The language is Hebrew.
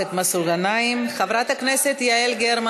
מה אמרת?